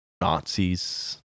Nazis